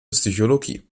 psychologie